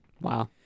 Wow